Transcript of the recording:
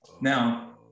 Now